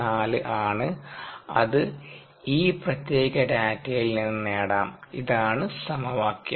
94 ആണ് അത് ഈ പ്രത്യേക ഡാറ്റയിൽ നിന്ന് നേടാം ഇതാണ് സമവാക്യം